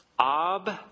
Ab